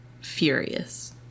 furious